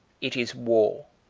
it is war.